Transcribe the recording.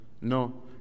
No